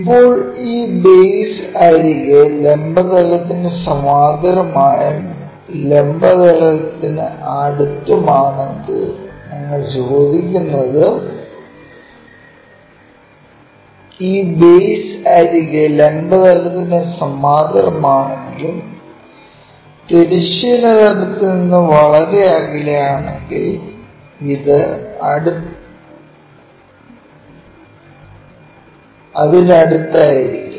ഇപ്പോൾ ഈ ബേസ് അരിക് ലംബ തലത്തിനു സമാന്തരമായും ലംബ തലത്തിനു അടുത്തും ആണെങ്കിൽ ഞങ്ങൾ ചോദിക്കുന്നത് ഈ ബേസ് അരിക് ലംബ തലത്തിന് സമാന്തരമാണെങ്കിലും തിരശ്ചീന തലത്തിൽ നിന്ന് വളരെ അകലെയാണെങ്കിൽ ഇത് അതിനടുത്തായിരിക്കും